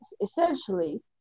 essentially